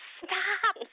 stop